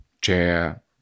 chair